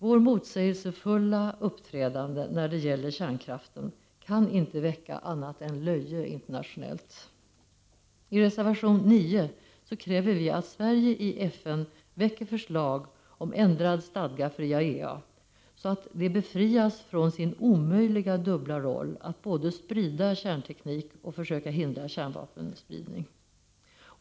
Vårt motsägelsefulla uppträdande när det gäller kärnkraften kan inte väcka annat än löje internationellt. I reservation 9 kräver vi att Sverige i FN väcker förslag om ändrad stadga för IAEA, så att IAEA befrias från sin omöjliga dubbla roll att både sprida kärnteknik och försöka hindra kärnvapenspridning.